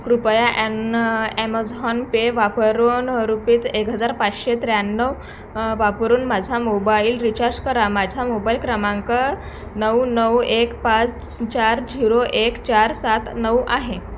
कृपया on Amazon Pay वापरून rupees एक हजार पाचशे त्र्याण्णव वापरून माझा मोबाईल रिचार्ज करा माझा मोबाईल क्रमांक नऊ नऊ एक पाच चार झिरो एक चार सात नऊ आहे